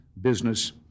business